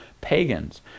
pagans